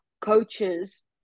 coaches